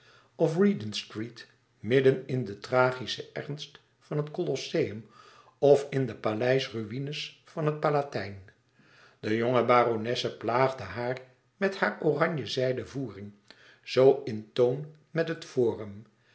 of regentstreet midden in de tragische ernst van het colosseum of in de paleisruïnes van den palatijn de jonge baronesse plaagde haar met hare oranje zijden voering zoo in toon met het forum